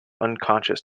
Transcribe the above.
unconscious